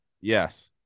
yes